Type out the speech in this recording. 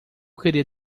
queria